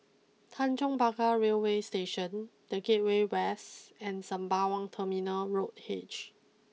Tanjong Pagar Railway Station the Gateway West and Sembawang Terminal Road H